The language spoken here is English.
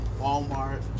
Walmart